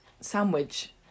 sandwich